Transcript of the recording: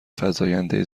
فزاینده